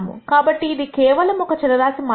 కాబట్టి ఇది కేవలం ఒక చరరాశి మాత్రమే